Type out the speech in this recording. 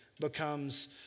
becomes